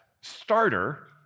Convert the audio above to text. starter